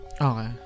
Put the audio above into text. Okay